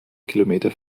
kilometer